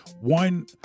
One